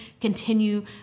continue